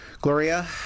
Gloria